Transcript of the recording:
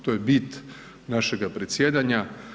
To je bit našega predsjedanja.